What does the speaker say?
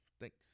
Thanks